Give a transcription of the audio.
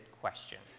questions